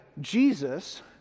Jesus